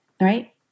right